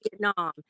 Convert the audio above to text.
Vietnam